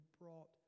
brought